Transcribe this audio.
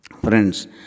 Friends